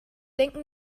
denken